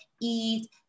eat